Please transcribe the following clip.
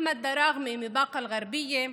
אחמד דראגמה מבאקה אל-גרבייה,